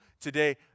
today